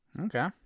Okay